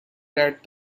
that